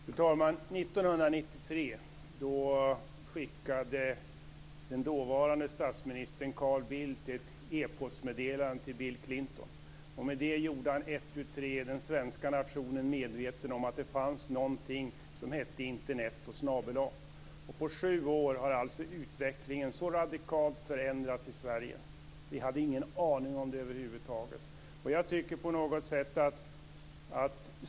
Fru talman! 1993 skickade den dåvarande statsministern Carl Bildt ett e-postmeddelande till Bill Clinton. Med det gjorde han ett tu tre den svenska nationen medveten om att det fanns någonting som hette Internet och snabel-a. På sju år har alltså utvecklingen så radikalt förändrats i Sverige. Vi hade över huvud taget ingen aning om det.